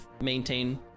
maintain